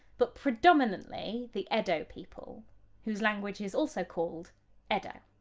but predominantly the edo people whose language is also called edo.